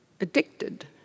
addicted